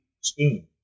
spoon